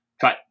cut